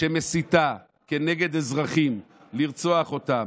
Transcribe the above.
שמסיתה כנגד אזרחים, לרצוח אותם,